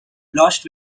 lost